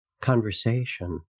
conversation